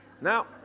Now